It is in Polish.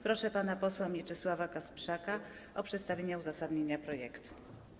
Proszę pana posła Mieczysława Kasprzaka o przedstawienie uzasadnienia projektu.